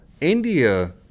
India